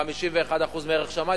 51% מערך שמאי,